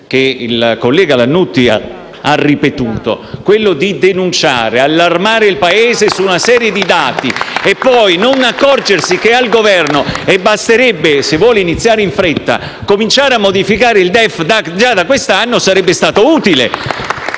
che il collega Lannutti ha ripetuto, di denunciare e allarmare il Paese su una serie di dati, senza accorgersi che è al Governo e, basterebbe, se volesse iniziare in fretta, cominciare con il modificare il DEF già da quest'anno. *(Applausi